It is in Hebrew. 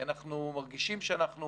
אנחנו מרגישים שאנחנו